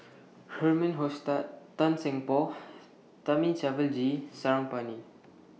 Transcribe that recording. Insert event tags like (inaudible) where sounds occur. Herman Hochstadt Tan Seng Poh (noise) Thamizhavel G Sarangapani